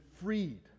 freed